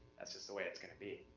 that's just the way it's gonna be.